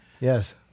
Yes